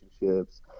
relationships